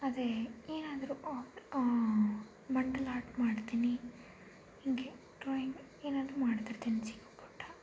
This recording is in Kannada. ಅದೇ ಏನಂದರು ಮಂಡಲ ಆರ್ಟ್ ಮಾಡ್ತೀನಿ ಹೀಗೆ ಡ್ರಾಯಿಂಗ್ ಏನಾದ್ರೂ ಮಾಡ್ತಿರ್ತೀನಿ ಚಿಕ್ಕ ಪುಟ್ಟ